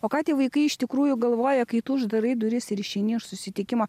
o ką tie vaikai iš tikrųjų galvoja kai tu uždarai duris ir išeini iš susitikimo